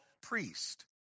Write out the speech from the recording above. priest